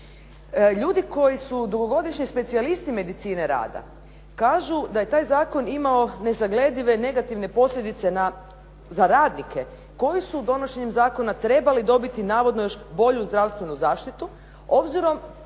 Ljudi koji su dugogodišnji specijalisti medicine rada kažu da je taj zakon imao nesagledive negativne posljedice za radnike koji su donošenjem zakona trebali dobiti navodno još bolju zdravstvenu zaštitu, obzirom